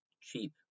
cheap